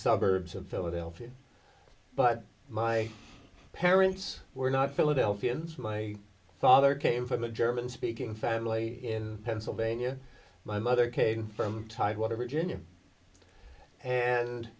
suburbs of philadelphia but my parents were not philadelphians my father came from a german speaking family pennsylvania my mother came from tidewater virginia and